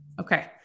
Okay